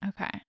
Okay